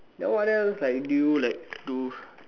then what else like do you like do